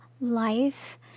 life